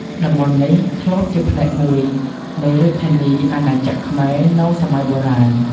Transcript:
តំបន់នេះធ្លាប់ជាផ្នែកមួយ នៃរាជធានីអាណាចក្រខ្មែរ នៅសម័យបុរាណ។